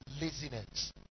laziness